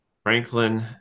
Franklin